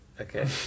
Okay